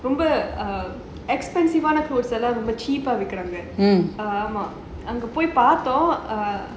ரொம்ப:romba expensive பொருட்கள் எல்லாம்:porutkal ellaam cheap விக்கிறாங்க ஆமா அங்க போய் பாத்தோம்:vikiraanga aama anga poi paathom